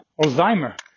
alzheimer